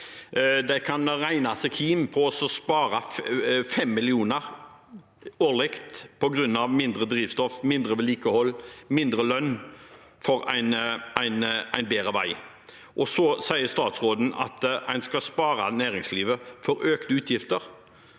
De kan regne ut at de sparer fem millioner årlig på grunn av mindre drivstofforbruk, mindre vedlikehold og mindre lønn med en bedre vei. Så sier statsråden at en skal spare næringslivet for økte utgifter.